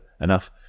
enough